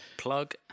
Plug